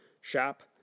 shop